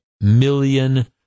million